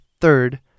third